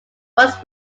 was